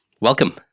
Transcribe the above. welcome